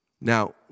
Now